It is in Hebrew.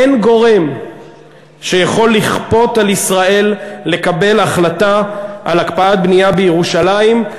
אין גורם שיכול לכפות על ישראל לקבל החלטה על הקפאת בנייה בירושלים,